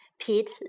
Pete